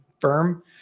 firm